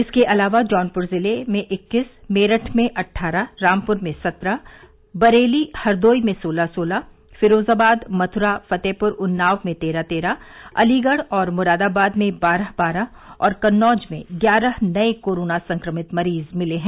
इसके अलावा जौनपुर जिले इक्कीस मेरठ में अट्ठारह रामपुर में सत्रह बरेली हरदोई में सोलह सोलह फिरोजाबाद मथुरा फतेहपुर उन्नाव में तेरह तेरह अलीगढ़ और मुरादाबाद में बारह बारह और कन्नौज में ग्यारह नए कोरोना संक्रमित मरीज मिले हैं